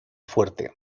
fuerte